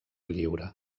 lliure